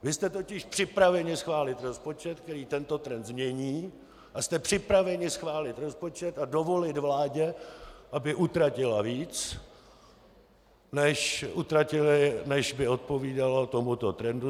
Vy jste totiž připraveni schválit rozpočet, který tento trend změní, a jste připraveni schválit rozpočet a dovolit vládě, aby utratila víc, než by odpovídalo tomuto trendu.